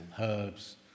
herbs